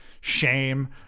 shame